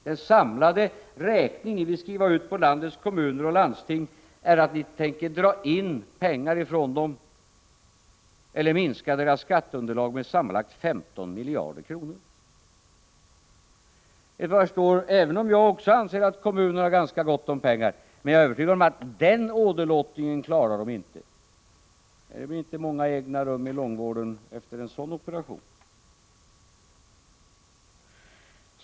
Den samlade räkning ni vill skriva ut på landets kommuner och landsting innebär att ni tänker dra in från dem eller minska deras skatteunderlag med sammanlagt 15 miljarder kronor. Även om också jag anser att kommunerna har ganska gott om pengar är jag övertygad om att de inte klarar den åderlåtningen. Det lär inte bli många egna rum i långvården efter en sådan operation!